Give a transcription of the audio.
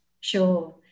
Sure